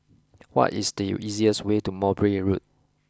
what is the easiest way to Mowbray Road